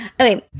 Okay